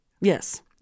Yes